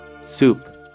soup